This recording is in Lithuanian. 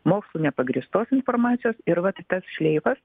mokslu nepagrįstos informacijos ir vat tas šleifas